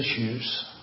issues